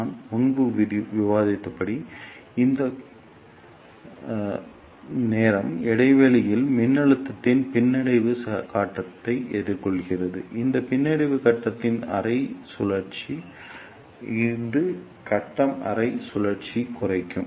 நான் முன்பு விவாதித்தபடி இந்த குத்துச்சண்டையின் நேரம் இடைவெளியில் மின்னழுத்தத்தின் பின்னடைவு கட்டத்தை எதிர்கொள்கிறது இது பின்னடைவு கட்டத்தின் அரை சுழற்சி இது கட்டம் அரை சுழற்சியைக் குறைக்கும்